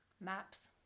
Maps